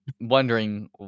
wondering